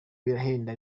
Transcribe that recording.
birahenda